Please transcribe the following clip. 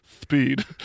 speed